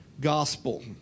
gospel